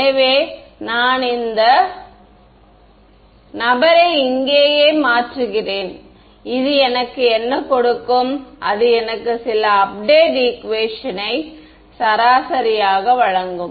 எனவே நான் இந்த பையனை அழைத்துச் சென்று இந்த நபரை இங்கேயே மாற்றுகிறேன் அது எனக்கு என்ன கொடுக்கும் அது எனக்கு சில அப்டேட் ஈகுவேஷன் யை சரியாக வழங்கும்